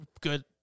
good